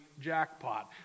jackpot